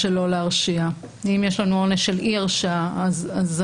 אם החליטו שלא להרשיע אותו אז